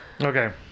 Okay